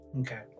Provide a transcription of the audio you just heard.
Okay